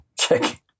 check